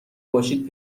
باشید